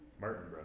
Martin